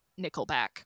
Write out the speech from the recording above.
nickelback